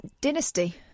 Dynasty